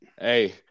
Hey